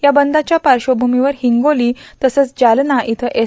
या बंदच्या पार्श्वभूमीवर हिंगोली तसंच जातना इथं एस